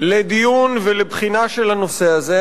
לדיון ולבחינה של הנושא הזה.